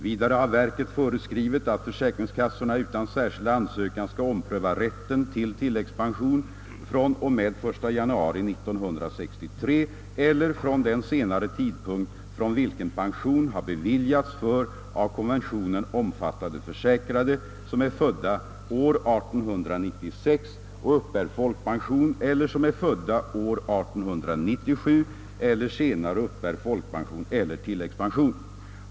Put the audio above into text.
Vidare har verket föreskrivit, att försäkringskassorna utan särskild ansökan skall ompröva rätten till tillläggspension från och med januari 1963 eller från den senare tidpunkt från vilken pension har beviljats för att konventionen omfattade försäkrade, som är födda år 1896 och uppbär folkpension eller som är födda år 1897 eller senare och uppbär folkpension eller tilläggspension.